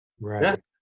right